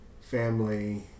family